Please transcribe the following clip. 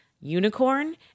unicorn